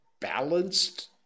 balanced